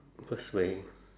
worst way